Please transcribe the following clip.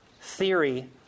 theory